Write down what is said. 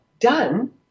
done